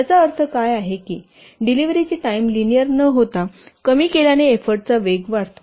याचा अर्थ काय आहे की डिलिव्हरीची टाइम लिनिअर न होता कमी केल्याने एफ्फोर्टचा वेग वाढतो